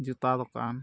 ᱡᱩᱛᱟ ᱫᱚᱠᱟᱱ